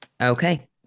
Okay